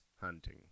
hunting